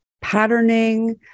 patterning